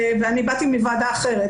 ואני באתי מוועדה אחרת,